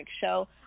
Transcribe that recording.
Show